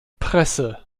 presse